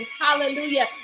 Hallelujah